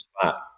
spot